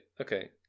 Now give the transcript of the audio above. okay